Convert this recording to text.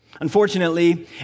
Unfortunately